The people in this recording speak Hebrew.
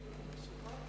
כמה זמן,